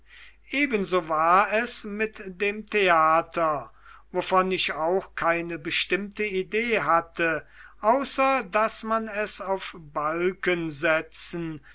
ebenso war es mit dem theater wovon ich auch keine bestimmte idee hatte außer daß man es auf balken setzen